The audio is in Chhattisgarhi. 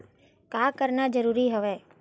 का करना जरूरी हवय?